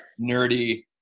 Nerdy